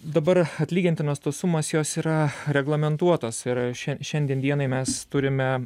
dabar atlygintinos tos sumos jos yra reglamentuotos yra šian šiandien dienai mes turime